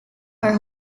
are